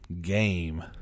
game